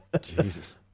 Jesus